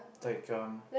it's like um